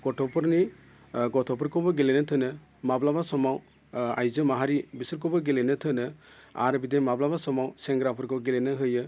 गथ'फोरनि गथ'फोरखौबो गेलेनो थिनो माब्लाबा समाव आइजो माहारि बिसोरखौबो गेलेनो थिनो आरो बिदिनो माब्लाबा समाव सेंग्राफोरखौ गेलेनो होयो